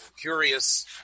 curious